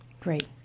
Great